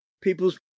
people's